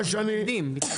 אתם מתנגדים.